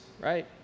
right